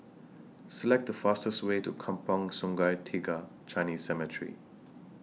Select The fastest Way to Kampong Sungai Tiga Chinese Cemetery